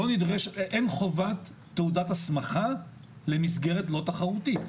אין חובת תעודת הסמכה למסגרת לא תחרותית.